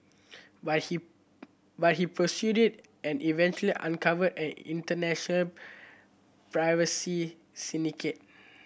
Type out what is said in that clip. but he but he pursued it and eventually uncovered an international privacy syndicate